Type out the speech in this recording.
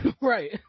Right